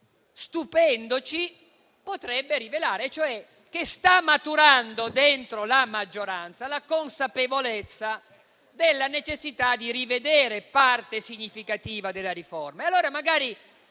stupendoci, potrebbe rivelare, cioè che sta maturando dentro la maggioranza la consapevolezza della necessità di rivedere parte significativa della riforma.